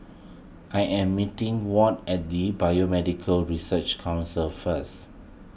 I am meeting Ward at the Biomedical Research Council first